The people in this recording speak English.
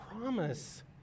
promise